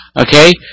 okay